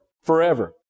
forever